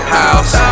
house